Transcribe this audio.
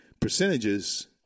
percentages